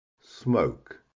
smoke